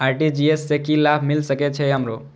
RTGS से की लाभ मिल सके छे हमरो?